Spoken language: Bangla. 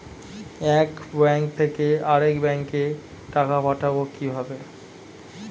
এক ব্যাংক থেকে আরেক ব্যাংকে টাকা পাঠাবো কিভাবে?